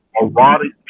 erotic